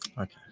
okay